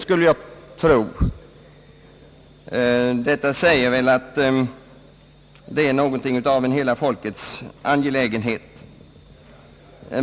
Det betyder väl att detta sparande och värdesäkringen härav är något av en hela folkets angelägenhet.